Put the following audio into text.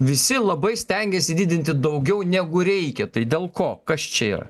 visi labai stengiasi didinti daugiau negu reikia tai dėl ko kas čia yra